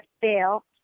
fail